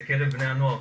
בקרב בני הנוער,